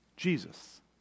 Jesus